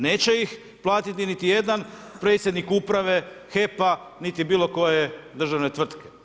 Neće ih platiti niti jedan predsjednik uprave HEP-a niti bilo koje državne tvrtke.